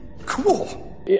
cool